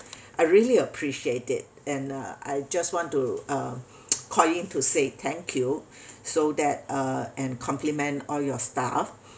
I really appreciate it and uh I just want to uh call in to say thank you so that uh and compliment all your staff